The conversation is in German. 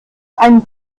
ein